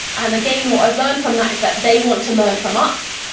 and again, what i've learned from that is that they want to learn from us.